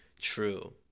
true